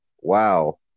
Wow